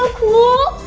cool!